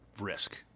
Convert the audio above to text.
risk